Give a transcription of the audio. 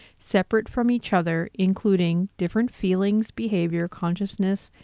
separate from each other, including different feelings, behavior, consciousness,